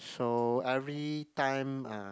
so everytime uh